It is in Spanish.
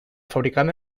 fabricada